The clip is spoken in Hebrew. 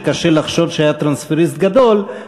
שקשה לחשוד שהיה טרנספריסט גדול,